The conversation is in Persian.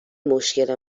مشکل